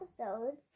episodes